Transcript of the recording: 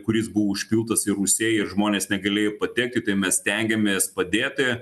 kuris buvo užpiltas ir rūsiai ir žmonės negalėjo patekti tai mes stengiamės padėti